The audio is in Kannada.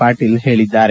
ಪಾಟೀಲ್ ಹೇಳಿದ್ದಾರೆ